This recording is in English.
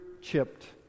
chipped